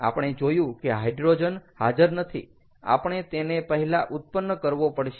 આપણે જોયું કે હાઈડ્રોજન હાજર નથી આપણે તેને પહેલા ઉત્પન્ન કરવો પડશે